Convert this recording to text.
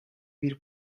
bir